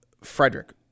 Frederick